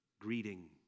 greeting